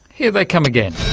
here they come again.